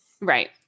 Right